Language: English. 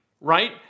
Right